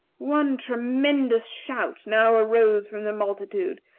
one tremendous shout now arose from the multitude.